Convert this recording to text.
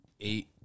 eight